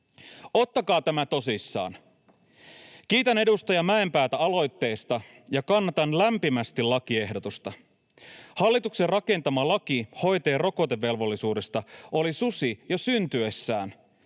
Ottakaa tämä tosissaan. Kiitän edustaja Mäenpäätä aloitteesta, ja kannatan lämpimästi lakiehdotusta. Hallituksen rakentama laki hoitajien rokotevelvollisuudesta oli susi jo syntyessään,